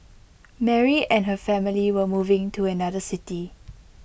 Mary and her family were moving to another city